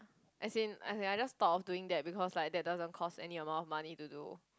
as in as in I just thought of doing that because like that doesn't cost any amount of money to do